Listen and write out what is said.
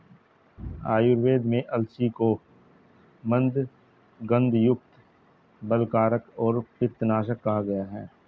आयुर्वेद में अलसी को मन्दगंधयुक्त, बलकारक और पित्तनाशक कहा गया है